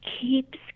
keeps